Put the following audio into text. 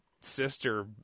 sister